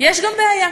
יש גם בעיה,